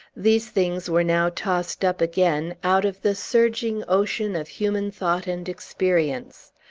these things were now tossed up again, out of the surging ocean of human thought and experience.